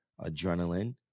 adrenaline